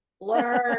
Learn